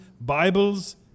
Bibles